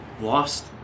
lost